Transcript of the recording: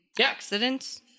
accidents